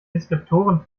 deskriptoren